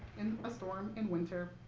in a storm in winter,